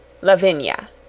Lavinia